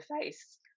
face